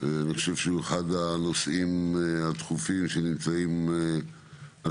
אני חושב שהוא אחד הנושאים הדחופים שנמצאים על